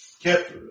kept